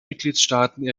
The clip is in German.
mitgliedstaaten